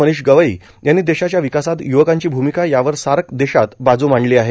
मनीष गवई यांनी देशाच्या विकासात य्वकांची भूमिका यावर सार्क देशात बाज् मांडली आहे